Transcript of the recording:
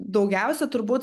daugiausia turbūt